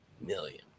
million